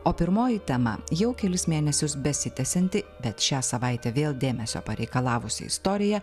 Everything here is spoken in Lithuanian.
o pirmoji tema jau kelis mėnesius besitęsianti bet šią savaitę vėl dėmesio pareikalavusi istorija